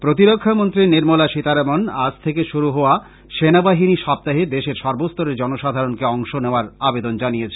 প্রতিরক্ষা মন্ত্রী নির্মলা সীতারামন আজ থেকে শুরু হওয়া সেনা বাহিনী সপ্তাহে দেশের সর্বস্তরের জনসাধারণকে অংশ নেওয়ার আবেদন জানিয়েছেন